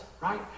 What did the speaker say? right